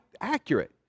accurate